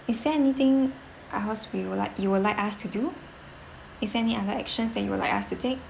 is there anything I was we would like you would like us to do is there any other action that you would like us to take